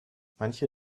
manche